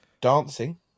Dancing